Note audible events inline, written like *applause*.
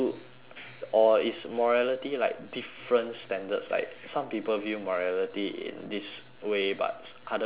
or is morality like different standards like some people view morality in this way but s~ other people *breath*